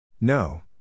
No